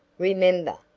remember,